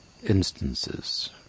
Instances